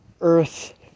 earth